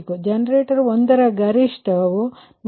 ಆದ್ದರಿಂದ ಜನರೇಟರ್ ಒಂದು ಅದರ ಗರಿಷ್ಠ 180 MW